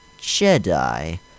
Jedi